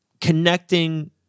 connecting